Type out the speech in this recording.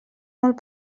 molt